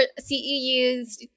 CEUs